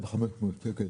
1,500 שקל.